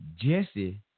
Jesse